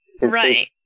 Right